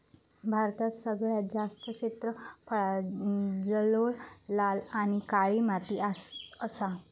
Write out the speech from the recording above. भारतात सगळ्यात जास्त क्षेत्रफळांत जलोळ, लाल आणि काळी माती असा